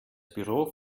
büro